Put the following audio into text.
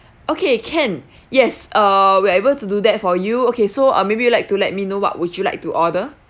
okay can yes err we're able to do that for you okay so uh maybe you like to let me know what would you like to order